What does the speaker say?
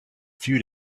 few